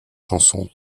chansons